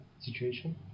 situation